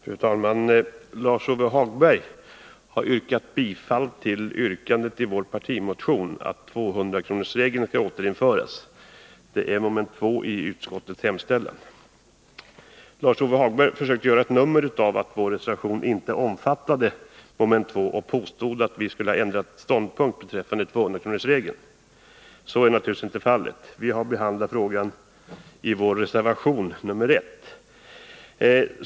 Fru talman! Lars-Ove Hagberg har yrkat bifall till yrkandet i vår partimotion, att 200-kronorsregeln skall återinföras. Yrkandet återfinns i mom. 2i utskottets hemställan. Lars-Ove Hagberg försökte göra ett nummer avatt vår reservation inte omfattade mom. 2 och påstod att vi skulle ha ändrat ståndpunkt beträffande 200-kronorsregeln. Så är naturligtvis inte fallet. Vi har behandlat frågan i vår reservation.